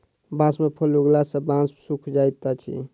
बांस में फूल उगला सॅ बांस सूखा जाइत अछि